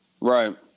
Right